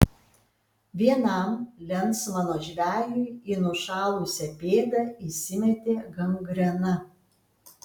vienam lensmano žvejui į nušalusią pėdą įsimetė gangrena